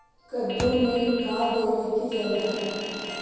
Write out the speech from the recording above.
कददु मे का देबै की जल्दी फरतै?